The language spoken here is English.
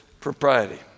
propriety